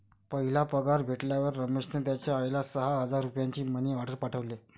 पहिला पगार भेटल्यावर रमेशने त्याचा आईला सहा हजार रुपयांचा मनी ओर्डेर पाठवले